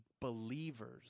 believers